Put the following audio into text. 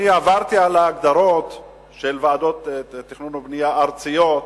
אני עברתי על ההגדרות של ועדות תכנון ובנייה ארציות,